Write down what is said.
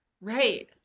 Right